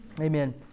Amen